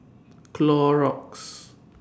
Clorox